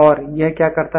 और यह क्या करता है